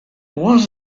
was